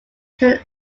can